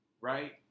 right